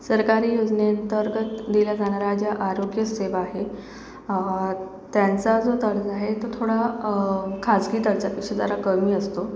सरकारी योजनेअंतर्गत दिल्या जाणाऱ्या ज्या आरोग्य सेवा आहे त्यांचा जो आहे तो थोडा खाजगी दर्जापेक्षा जरा कमी असतो